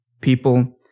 People